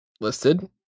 listed